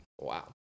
Wow